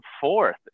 fourth